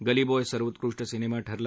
गली बॉय सर्वोत्कृष्ट सिनेमा ठरला